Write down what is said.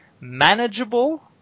manageable